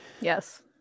Yes